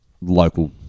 local